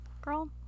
girl